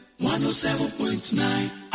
107.9